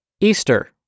Easter